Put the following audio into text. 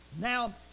Now